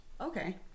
Okay